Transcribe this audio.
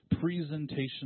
presentation